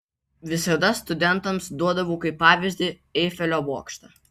visada studentams duodavau kaip pavyzdį eifelio bokštą